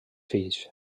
fills